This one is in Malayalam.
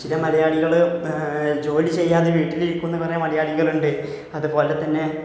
ചില മലയാളികൾ ജോലി ചെയ്യാതെ വീട്ടിലിരിക്കുക എന്ന് പറയുക മലയാളികളുണ്ട് അതുപോലെ തന്നെ